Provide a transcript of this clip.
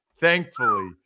thankfully